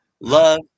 love